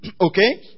Okay